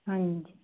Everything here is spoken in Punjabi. ਹਾਂਜੀ